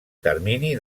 termini